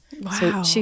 Wow